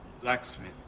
Blacksmith